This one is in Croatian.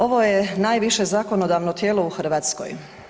Ovo je najviše zakonodavno tijelo u Hrvatskoj.